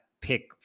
pick